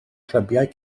clybiau